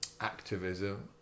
activism